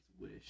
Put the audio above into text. wish